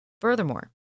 Furthermore